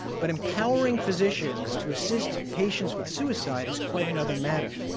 but empowering physicians to assist patients with suicide is quite another matter.